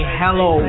hello